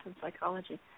psychology